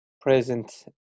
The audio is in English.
present